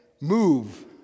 move